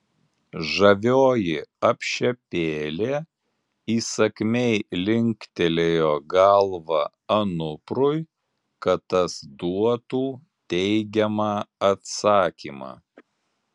žavioji apšepėlė įsakmiai linktelėjo galva anuprui kad tas duotų teigiamą atsakymą